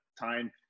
time